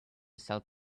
sells